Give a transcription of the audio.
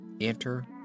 Enter